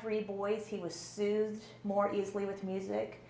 three boys he was more easily with music